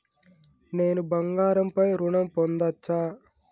నేను బంగారం పై ఋణం పొందచ్చా?